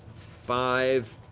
five.